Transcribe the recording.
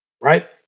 right